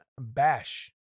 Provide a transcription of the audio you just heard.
bash